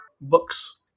books